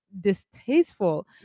distasteful